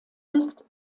ist